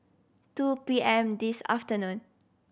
two P M this afternoon